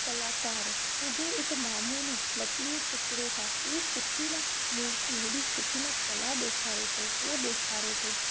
कलाकार रुगो ई हिकु मामूली लकड़ी जे टुकड़े खां अहिड़ी सुठी न मूर्ति हेड़ी सुठी न कला ॾेखारे थो हो ॾेखारे थो